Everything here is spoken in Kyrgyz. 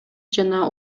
жана